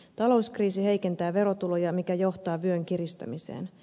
talouskriisi heikentää verotuloja mikä johtaa vyön kiristämiseen